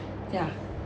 ya